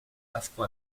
afro